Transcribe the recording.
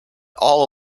all